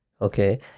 Okay